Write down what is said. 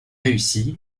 réussi